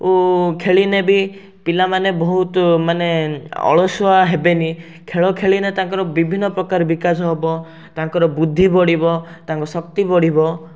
ଓ ଖେଳିଲେ ବି ପିଲାମାନେ ବହୁତ ମାନେ ଅଳସୁଆ ହେବେନି ଖେଳ ଖେଳିନେ ତାଙ୍କର ବିଭିନ୍ନପ୍ରକାର ବିକାଶ ହେବ ତାଙ୍କର ବୁଦ୍ଧି ବଢ଼ିବ ତାଙ୍କ ଶକ୍ତି ବଢ଼ିବ